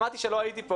שמעתי כשלא הייתי פה